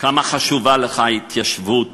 כמה חשובה לך ההתיישבות